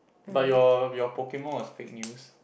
but your your Pokemon was fake news